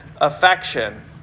affection